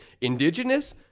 Indigenous